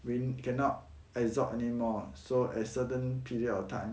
we cannot absorb anymore so as certain period of time